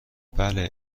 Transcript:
بله